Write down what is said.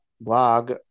blog